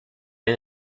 این